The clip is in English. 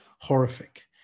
horrific